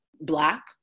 black